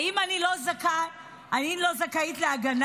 האם אני לא זכאית להגנה?